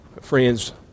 Friends